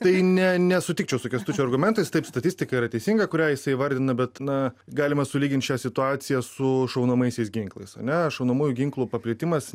tai ne nesutikčiau su kęstučio argumentais taip statistika yra teisinga kurią jis įvardina bet na galima sulyginti šią situaciją su šaunamaisiais ginklais ane šaunamųjų ginklų paplitimas